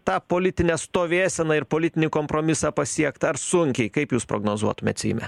tą politinę stovėseną ir politinį kompromisą pasiekt ar sunkiai kaip jūs prognozuotumėt seime